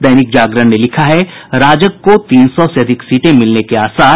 दैनिक जागरण ने लिखा है राजग को तीन सौ से अधिक सीटें मिलने के आसार